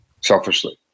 selfishly